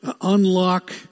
unlock